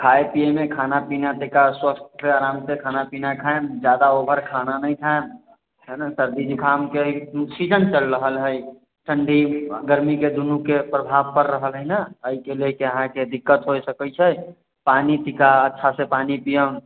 खाय पीयैमे खाना पीना बेकार सब सब कऽ आराम सऽ खाना पीना खैम जादा ओवर खाना नै खैम सर्दी जुखामके सीजन चल रहल हय ठंडी गर्मी दुनू के परभाव पर रहल हय ने अयके लेल अहाँ दिक्कत होय सकै छै पानी पी कऽ अच्छा सऽ पानी पीयम